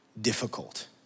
difficult